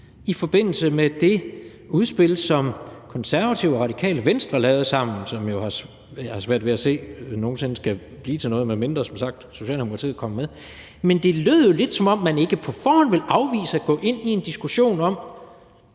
i forbindelse med det udspil, som Det Konservative Folkeparti og Radikale Venstre har lavet sammen, hvilket jeg har svært ved at se nogen sinde skal blive til noget, medmindre som sagt Socialdemokratiet kommer med. Men det lød jo lidt, som om man ikke på forhånd ville afvise at gå ind i en diskussion om